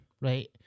right